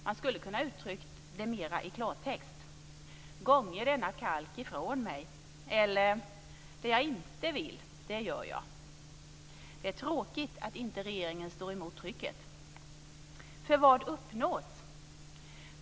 Man skulle ha kunnat uttrycka det mer i klartext: Gånge denna kalk ifrån mig, eller: Det jag inte vill, det gör jag. Det är tråkigt att regeringen inte står emot trycket. För vad uppnås?